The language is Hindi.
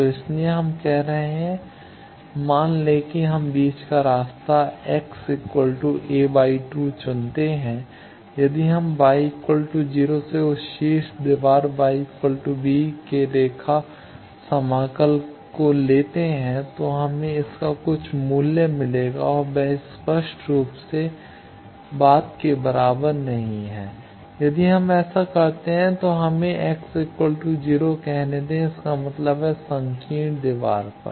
तो इसीलिए हम कह रहे हैं मान लें कि हम बीच का रास्ता x a 2 चुनते हैं यदि हम y 0 से उस शीर्ष दीवार y b के रेखा समाकल को लेते हैं तो हमें इसका कुछ मूल्य मिलेगा और वह स्पष्ट रूप से बात के बराबर नहीं है यदि हम ऐसा करते हैं तो हमें x 0 कहने दें इसका मतलब है संकीर्ण दीवार पर